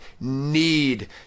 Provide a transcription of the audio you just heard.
need